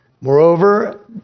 Moreover